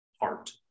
Heart